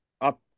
up